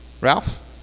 Ralph